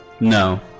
No